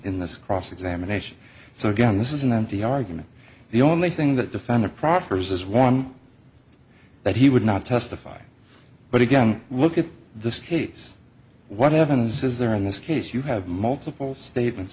in this cross examination so again this is an empty argument the only thing that defendant proffers is one but he would not testify but again look at this case what happens is there in this case you have multiple statements